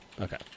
Okay